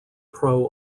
pro